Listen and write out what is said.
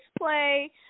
play